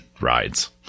rides